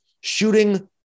shooting